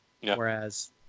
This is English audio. whereas